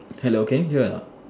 hello can you hear anot